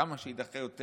כמה שיידחה יותר